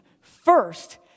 First